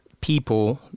people